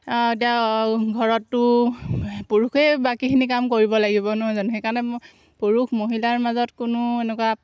এতিয়া আৰু ঘৰততো পুৰুষেই বাকীখিনি কাম কৰিব লাগিব নহয় জানো সেইকাৰণে মই পুৰুষ মহিলাৰ মাজত কোনো এনেকুৱা